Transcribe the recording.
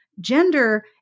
gender